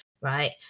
Right